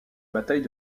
bataille